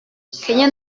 kenya